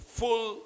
full